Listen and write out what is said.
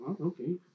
Okay